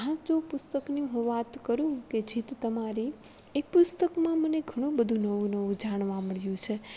આ તો પુસ્તકની હું વાત કરું કે જીત તમારી એ પુસ્તકમાં મને ઘણું બધુ નવું નવું જાણવા મળ્યું છે